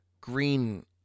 Green